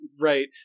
Right